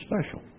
special